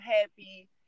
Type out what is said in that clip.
happy